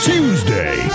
Tuesday